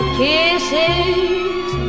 kisses